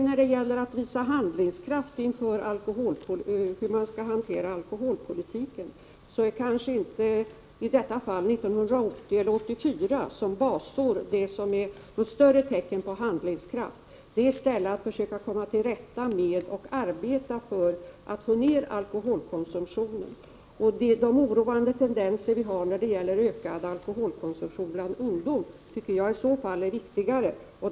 När det gäller att visa handlingskraft inför hur man skall hantera alkoholpolitiken är kanske inte valet av 1980 eller 1984 som basår tecknet på handlingskraft eller inte handlingskraft. Det är i stället arbetet med att komma till rätta med problemen och försöka få ned alkoholkonsumtionen. Jag tycker det är viktigare att ta itu med de oroande tendenser som finns när det gäller alkoholkonsumtionen bland ungdom.